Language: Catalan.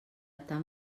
tan